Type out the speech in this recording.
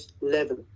level